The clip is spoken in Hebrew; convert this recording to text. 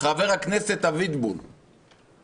כיוון שחבר הכנסת פינדרוס תלה בזה את עניין החרדים והלא חרדים,